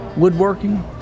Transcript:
Woodworking